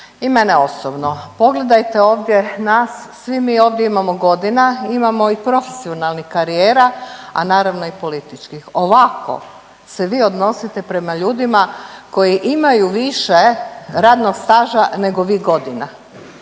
i mene osobno. Pogledajte ovdje nas, svi mi ovdje imamo godina, imamo i profesionalnih karijera, a naravno i političkih. Ovako se vi odnosite prema ljudima koji imaju više radnog staža nego vi godina.